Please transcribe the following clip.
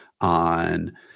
on